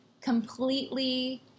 completely